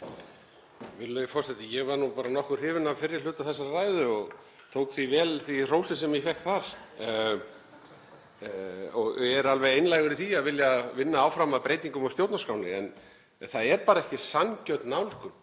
Ég var nú bara nokkuð hrifinn af fyrri hluta þessarar ræðu og tók vel því hrósi sem ég fékk þar. Ég er alveg einlægur í því að vilja vinna áfram að breytingum á stjórnarskránni en það er ekki sanngjörn nálgun